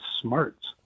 smarts